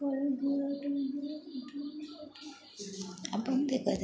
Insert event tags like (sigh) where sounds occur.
(unintelligible)